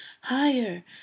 higher